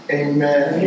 amen